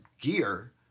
gear